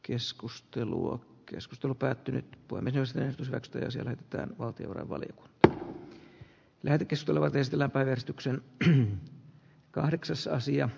keskustelua keskustelu päättynyt poimi tästä saksta ja sillä että valtio renvallin d merkkisellä testillä parrestoksen pri kahdeksasosia